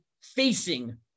facing